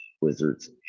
Wizards